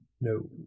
No